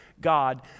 God